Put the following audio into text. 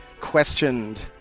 questioned